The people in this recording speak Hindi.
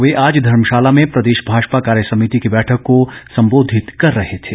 वे आज धर्मशाला में प्रदेश भाजपा कार्यसमिति की बैठक को सम्बोधित कर रहे थे